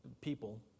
people